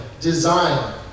design